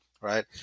right